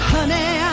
Honey